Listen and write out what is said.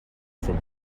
from